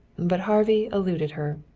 but harvey eluded her.